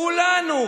כולנו.